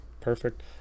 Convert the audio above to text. perfect